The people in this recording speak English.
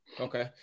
Okay